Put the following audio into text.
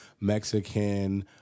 Mexican